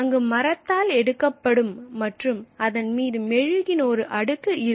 அங்கு மரத்தால் எடுக்கப்படும் மற்றும் அதன் மீது மெழுகின் ஒரு அடுக்கு இருக்கும்